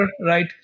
right